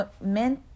men